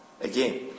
again